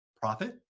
profit